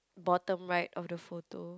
bottom right of the photo